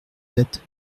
têtes